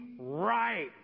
right